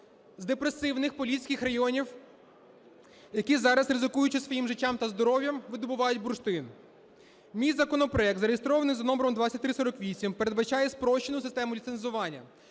з депресивних поліських районів, які зараз, ризикуючи своїм життям та здоров'ям, видобувають бурштин. Мій законопроект, зареєстрований за номером 2348, передбачає спрощену систему ліцензування,